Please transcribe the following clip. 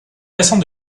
récente